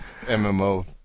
MMO